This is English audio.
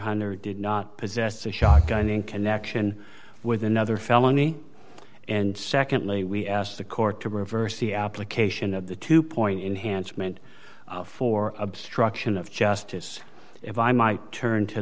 hunter did not possess a shotgun in connection with another felony and secondly we asked the court to reverse the application of the two point enhanced meant for obstruction of justice if i might turn to